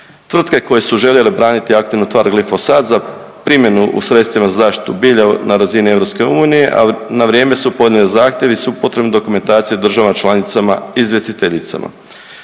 Tvrtke koje su željele braniti aktivnu tvar glifosat za primjenu u sredstvima za zaštitu bilja na razini EU, a na vrijeme su podnijele zahtjev i svu potrebnu dokumentaciju državama članicama izvjestiteljicama.